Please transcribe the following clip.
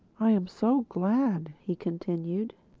i'm so glad, he continued,